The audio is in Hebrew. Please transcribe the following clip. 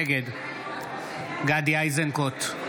נגד גדי איזנקוט,